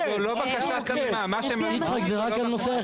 יצחק, זה רק על נושא ההחזרים.